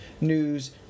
news